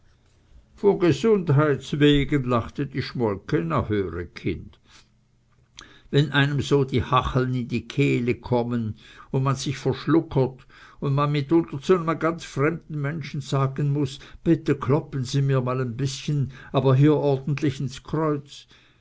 wegen lachte die schmolke na höre kind wenn einem so die hacheln in die kehle kommen un man sich verschluckert un man mitunter zu nem ganz fremden menschen sagen muß bitte kloppen sie mir mal en bißchen aber hier ordentlich ins kreuz